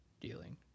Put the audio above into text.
dealing